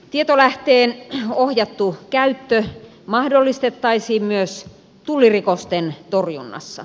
tietolähteen ohjattu käyttö mahdollistettaisiin myös tullirikosten torjunnassa